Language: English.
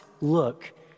look